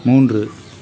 மூன்று